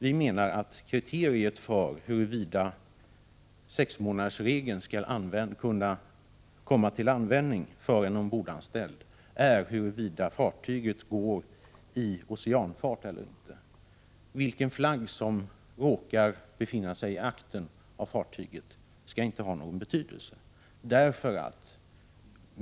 Vi menar att kriteriet för huruvida sexmånadersregeln skall komma till användning för en ombordanställd skall vara om fartyget går i oceanfart eller inte. Vilken flagg som råkar finnas i aktern av fartyget skall inte ha någon betydelse.